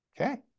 Okay